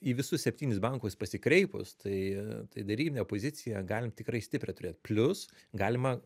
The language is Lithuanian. į visus septynis bankus pasikreipus tai tai derybinę poziciją galim tikrai stiprią turėt plius galima